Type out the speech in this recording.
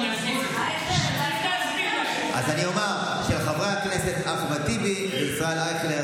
אז אני אומר שההצעה של חברי הכנסת אחמד טיבי וישראל אייכלר